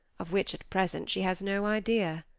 of which at present she has no idea?